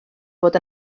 fod